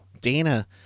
Dana